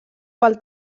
pel